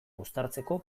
uztartzeko